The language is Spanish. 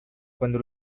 cuando